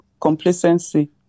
complacency